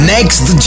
Next